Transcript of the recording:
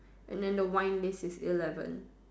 and then the wine list is eleven